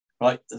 right